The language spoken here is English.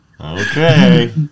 Okay